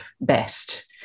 best